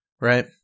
right